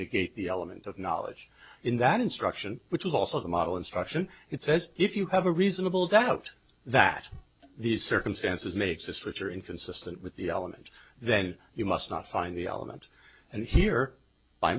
negate the element of knowledge in that instruction which is also the model instruction it says if you have a reasonable doubt that these circumstances may exist which are inconsistent with the element then you must not find the element and here by